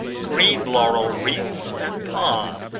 green laurel wreaths, and palm,